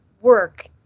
work